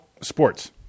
Sports